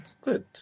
Good